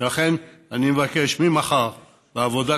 לכן אני מבקש: ממחר, לעבודה.